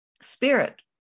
spirit